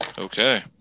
Okay